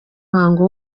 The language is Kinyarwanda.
umuhango